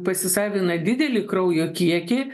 pasisavina didelį kraujo kiekį